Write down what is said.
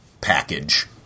package